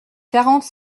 quarante